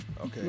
okay